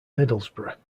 middlesbrough